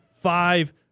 five